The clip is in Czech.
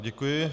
Děkuji.